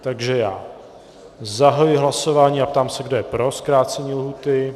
Takže já zahajuji hlasování a ptám se, kdo je pro zkrácení lhůty.